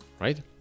Right